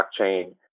blockchain